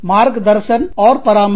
मार्गदर्शन और परामर्श